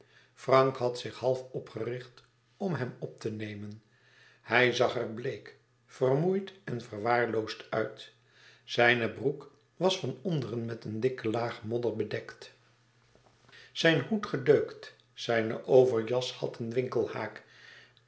frank had zich half opgericht om hem op te nemen hij zag er bleek vermoeid en verwaarloosd uit zijne broek was van onderen met eene dikke laag modder bedekt zijn hoed gedeukt zijne overjas had een winkelhaak